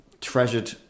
treasured